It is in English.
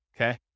okay